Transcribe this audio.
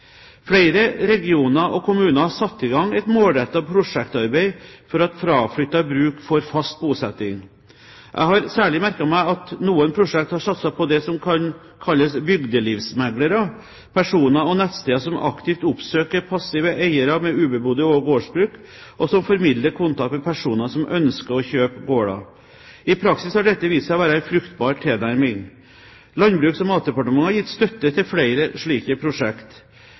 Flere regioner og kommuner har satt i gang et målrettet prosjektarbeid for at fraflyttede bruk får fast bosetting. Jeg har særlig merket meg at noen prosjekter har satset på det som kan kalles «bygdelivsmeglere» – personer og nettsteder som aktivt oppsøker passive eiere med ubebodde gårdsbruk, og som formidler kontakt med personer som ønsker å kjøpe gårder. I praksis har dette vist seg å være en fruktbar tilnærming. Landbruks- og matdepartementet har gitt støtte til flere slike